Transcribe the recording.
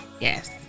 yes